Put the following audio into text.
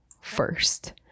first